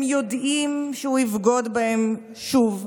הם יודעים שהוא יבגוד בהם שוב,